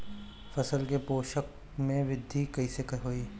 फसल के पोषक में वृद्धि कइसे होई?